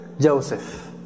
Joseph